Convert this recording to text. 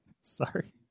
Sorry